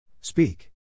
Speak